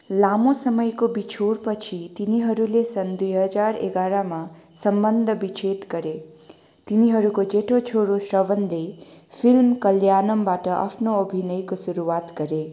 लामो समयको बिछोडपछि तिनीहरूले सन् दुई हजार एघारमा सम्बन्ध विच्छेद गरे तिनीहरूको जेठो छोरा श्रवणले फिल्म कल्याणमबाट आफ्नो अभिनयको सुरुआत गरे